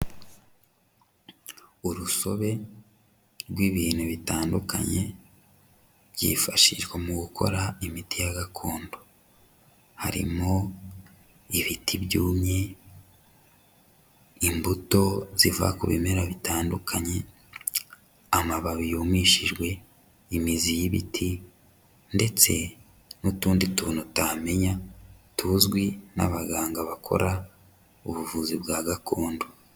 Urusobe rw'ibintu bitandukanye, byifashishwa mu gukora imiti ya gakondo. Harimo ibiti byumye, imbuto ziva ku bimera bitandukanye, amababi yumishijwe, imizi y'ibiti, ndetse n'utundi tuntu utamenya, tuzwi n'abaganga bakora ubuvuzi bwa gakondo.